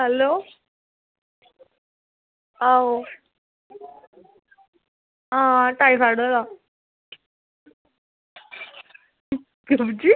hello हां हां टाईड फाईड होदा कब्जी